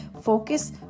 focus